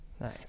Nice